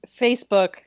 facebook